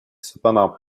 cependant